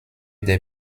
der